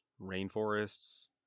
rainforests